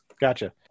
Gotcha